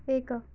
ଏକ